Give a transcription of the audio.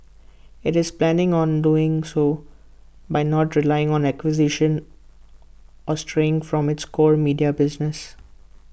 IT is planning on doing so by not relying on acquisitions or straying from its core media business